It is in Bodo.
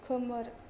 खोमोर